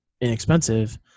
inexpensive